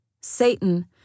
Satan